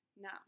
Now